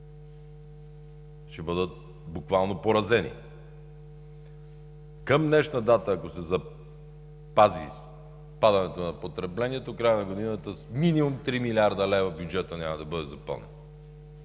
ще бъдат буквално поразени. Към днешна дата, ако се запази спадането на потреблението, в края на годината с минимум 3 млрд. лв. бюджетът няма да бъде запълнен,